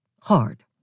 hard